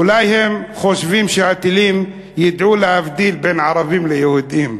אולי הם חושבים שהטילים ידעו להבדיל בין ערבים ליהודים,